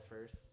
first